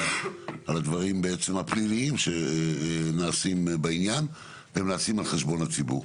על הדברים בעצם הפליליים שנעשים בעניין והם נעשים על חשבון הציבור.